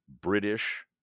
British